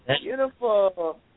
beautiful